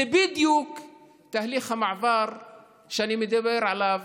זה בדיוק תהליך המעבר שאני מדבר עליו